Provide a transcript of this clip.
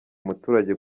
umuturage